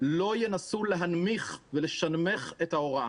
לא ינסו להנמיך ולשנמך את ההוראה.